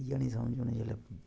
इयै नेहीं समझ होनी